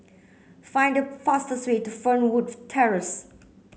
find the fastest way to Fernwood Terrace